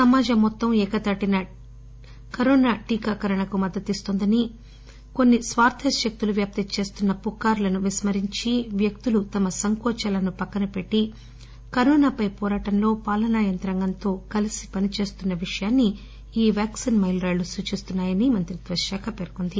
సమాజం మొత్తం ఏకతాటిన టీకాకరణకు మద్దతు ఇస్తోందని కొన్ని స్వార్ధ శక్తులు వ్యాప్తి చేస్తున్న పుకార్లను విస్మరించి వ్యక్తులు తమ సంకోచాలను పక్కన పెట్టి కరోనాపై వోరాటంలో పాలనా యంత్రాంగంతో కలిసి పనిచేస్తున్న విషయాన్ని ఈ వ్యాక్సిన్ మైలు రాళ్లు సూచిస్తున్నాయని మంత్రిత్వశాఖ పేర్కొంది